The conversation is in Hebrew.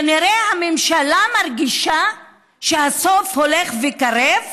כנראה הממשלה מרגישה שהסוף הולך וקרב,